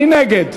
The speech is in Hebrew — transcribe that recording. מי נגד?